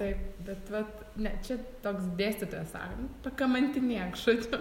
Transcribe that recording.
taip bet vat ne čia toks dėstytojas sako nu pakamantinėk žodžiu